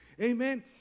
Amen